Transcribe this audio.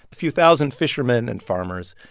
a few thousand fishermen and farmers.